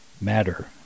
matter